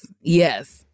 yes